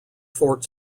fort